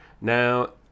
Now